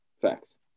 facts